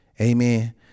amen